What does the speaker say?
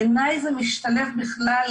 בעיני זה משתלב בכלל,